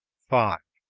five.